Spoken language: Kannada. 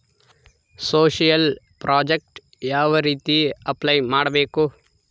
ಸೋಶಿಯಲ್ ಪ್ರಾಜೆಕ್ಟ್ ಯಾವ ರೇತಿ ಅಪ್ಲೈ ಮಾಡಬೇಕು?